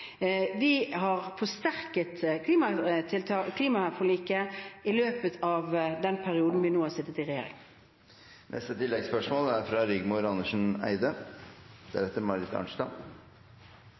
Vi har forsterket klimaforliket i løpet av den perioden vi har sittet i regjering. Rigmor Andersen Eide